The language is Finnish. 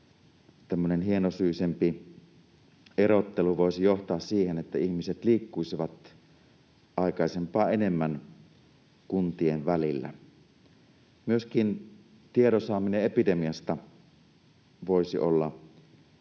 hienosyisempi erottelu voisi johtaa siihen, että ihmiset liikkuisivat aikaisempaa enemmän kuntien välillä. Myöskin tiedon saaminen epidemiasta voisi olla